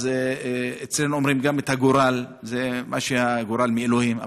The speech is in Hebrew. אז אצלנו אומרים: זה מה שהגורל רצה, מאלוהים.